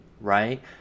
Right